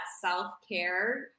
self-care